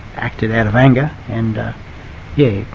acted out of anger and yes,